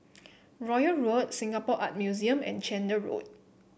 Royal Road Singapore Art Museum and Chander Road